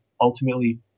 ultimately